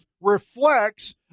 reflects